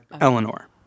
Eleanor